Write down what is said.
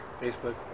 Facebook